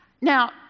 Now